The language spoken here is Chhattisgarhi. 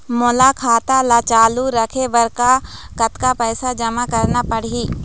मोर खाता ला चालू रखे बर म कतका पैसा जमा रखना पड़ही?